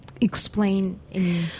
explain